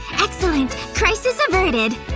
excellent! crisis averted!